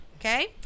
okay